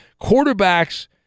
Quarterbacks